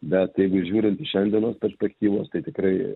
bet taigi žiūrint iš šiandienos perspektyvos tai tikrai